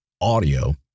audio